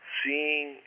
seeing